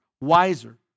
wiser